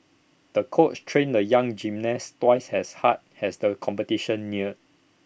the coach trained the young gymnast twice has hard has the competition neared